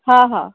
हा हा